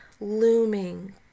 looming